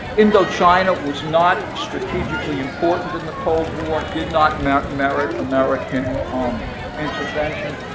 indochina was not strategically important in the cold war, it did not merit merit american um intervention.